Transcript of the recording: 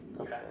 Okay